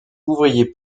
ouvrier